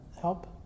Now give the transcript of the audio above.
help